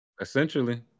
Essentially